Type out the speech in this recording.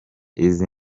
izi